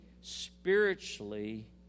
spiritually